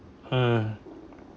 hmm